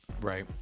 right